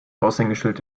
aushängeschild